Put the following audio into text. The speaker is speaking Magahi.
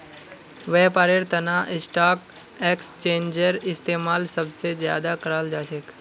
व्यापारेर तना स्टाक एक्स्चेंजेर इस्तेमाल सब स ज्यादा कराल जा छेक